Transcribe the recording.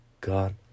God